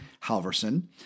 Halverson